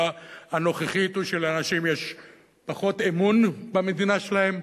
הנוכחית הוא שלאנשים יש פחות אמון במדינה שלהם,